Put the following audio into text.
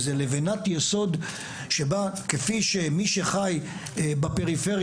איזה לבנת יסוד שבה כפי שמי שחי בפריפריה,